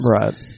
Right